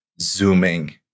zooming